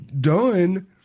done